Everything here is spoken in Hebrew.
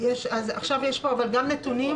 יש כאן גם נתונים